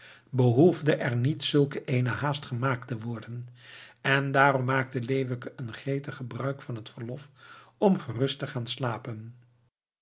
behoefde er niet zulke eene haast gemaakt te worden en daarom maakte leeuwke een gretig gebruik van het verlof om gerust te gaan slapen